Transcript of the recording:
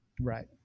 Right